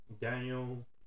Daniel